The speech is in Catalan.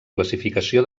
classificació